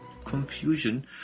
confusion